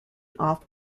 off